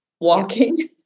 walking